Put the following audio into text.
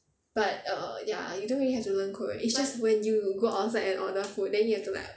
but err ya you don't really have to learn korean it's just when you go outside and order food then you have to like